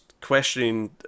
questioning